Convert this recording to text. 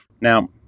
Now